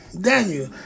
Daniel